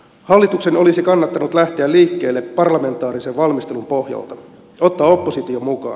hallituksen olisi kannattanut lähteä liikkeelle parlamentaarisen valmistelun pohjalta ottaa oppositio mukaan